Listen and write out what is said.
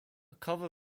cover